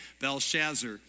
Belshazzar